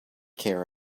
care